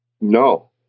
No